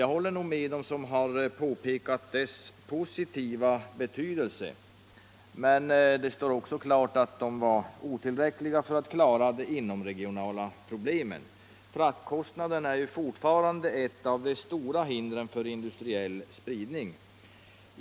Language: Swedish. Jag håller med dem som har påpekat dess positiva betydelse, men det står också klart att det var otillräckligt för att klara de inomregionala problemen. Fraktkostnaderna är fortfarande ett av de stora hindren för industriell spridning.